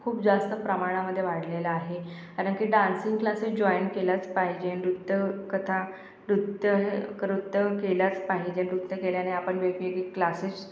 खूप जास्त प्रमाणामध्ये वाढलेलं आहे कारण की डान्सिंग क्लासेस जॉइन केलंच पाहिजे नृत्य कथा नृत्य हे केल्याच पाहिजे नृत्य केल्याने आपण वेगवेगळे क्लासेस